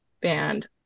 band